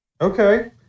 Okay